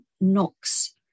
knocks